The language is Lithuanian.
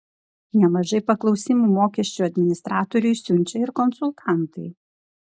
nemažai paklausimų mokesčių administratoriui siunčia ir konsultantai